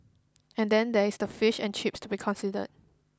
and then there's the fish and chips to be considered